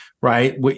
right